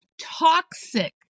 toxic